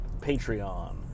Patreon